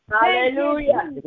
Hallelujah